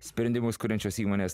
sprendimus kuriančios įmonės